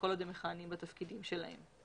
וכל עוד הם מכהנים בתפקידים שלהם.